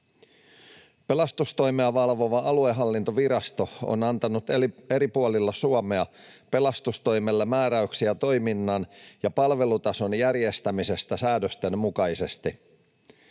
Pelastustoimea valvova aluehallintovirasto on antanut eri puolilla Suomea pelastustoimelle määräyksiä toiminnan ja palvelutason järjestämisestä säädösten mukaisesti.